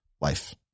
life